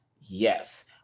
Yes